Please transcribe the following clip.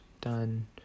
done